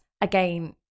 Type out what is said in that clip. again